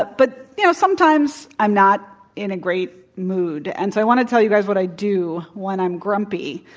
but but, you know, sometimes i'm not in a great mood, and so i want to tell you guys what i do when i'm grumpy,